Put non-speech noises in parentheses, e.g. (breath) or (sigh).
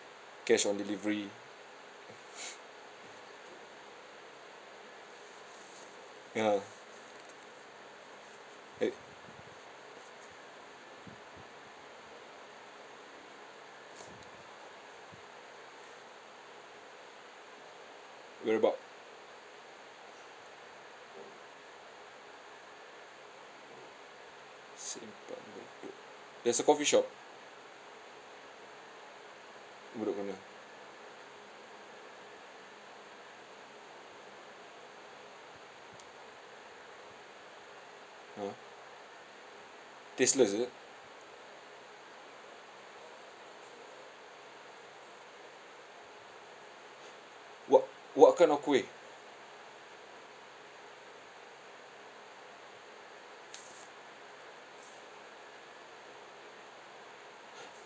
cash on delivery (breath) ah eh whereabout simpang bedok there's a coffee shop melur corner !huh! tasteless is it what what kind of kuih